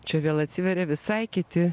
čia vėl atsiveria visai kiti